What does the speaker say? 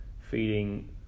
feeding